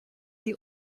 die